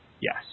Yes